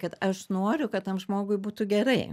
kad aš noriu kad tam žmogui būtų gerai